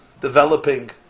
developing